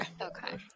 Okay